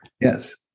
Yes